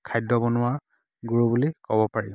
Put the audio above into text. খাদ্য বনোৱাৰ গুৰু বুলি ক'ব পাৰি